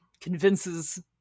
convinces